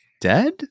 dead